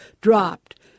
dropped